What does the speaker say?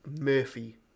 Murphy